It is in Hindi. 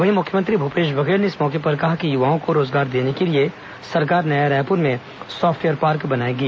वहीं मुख्यमंत्री भूपेश बघेल ने इस मौके पर कहा कि युवाओं को रोजगार देने के लिए सरकार नया रायपुर में सॉफ्टवेयर पार्क बनाएगी